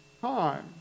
time